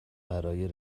برای